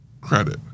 credit